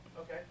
Okay